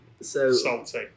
Salty